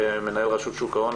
מנהל רשות שוק ההון,